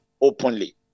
openly